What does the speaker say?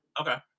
Okay